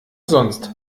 sonst